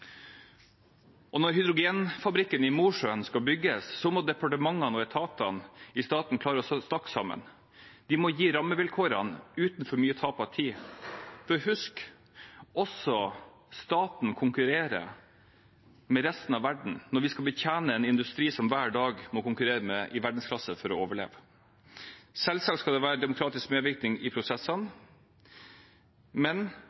Når hydrogenfabrikken i Mosjøen skal bygges, må departementene og etatene i staten klare å snakke sammen. De må gi rammevilkårene uten for mye tap av tid. Men husk at også staten konkurrerer med resten av verden når vi skal betjene en industri som hver dag må konkurrere i verdensklasse for å overleve. Selvsagt skal det være demokratisk medvirkning i prosessene